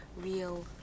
real